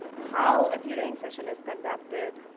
how a tutoring session is conducted,